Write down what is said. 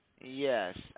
Yes